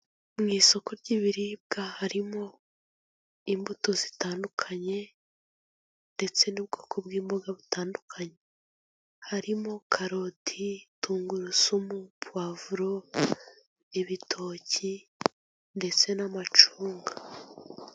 Mu isoko ry'ibiribwa harimo imbuto zitandukanye ndetse n'ubwoko bw'imboga butandukanye, harimo karoti, tungurusumu, pavuro, ibitoki ndetse n'amacunga.